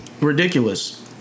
Ridiculous